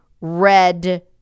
red